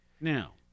Now